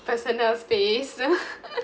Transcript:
personal space